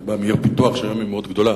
אני בא מעיר פיתוח שהיא היום מאוד גדולה,